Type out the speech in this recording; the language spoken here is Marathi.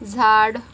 झाड